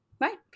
Right